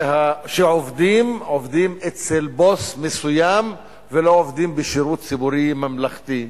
שהעובדים עובדים אצל בוס מסוים ולא עובדים בשירות ציבורי ממלכתי.